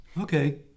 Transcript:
Okay